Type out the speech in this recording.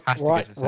Right